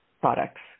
products